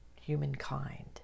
humankind